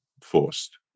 forced